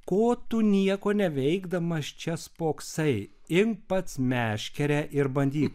ko tu nieko neveikdamas čia spoksai imk pats meškerę ir bandyk